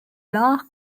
l’art